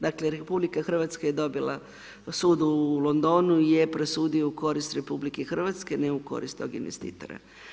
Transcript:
Dakle, RH je dobila sud u Londonu, je presudio u korist RH ne u korist tog investitora.